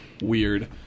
weird